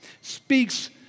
speaks